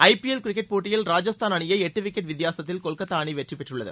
ஐ P L cricket போட்டியில் ராஜஸ்தான் அணியை எட்டு விக்கெட் வித்தியாசத்தில் கொல்கத்தா அணி வெற்றி பெற்றுள்ளது